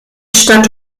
stadt